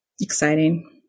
exciting